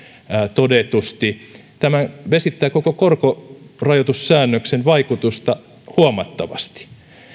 todetusti vesittää koko korkorajoitussäännöksen vaikutusta huomattavasti